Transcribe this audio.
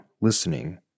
listening